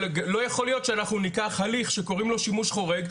ולא יכול להיות שאנחנו ניקח הליך שקוראים לו שימוש חורג,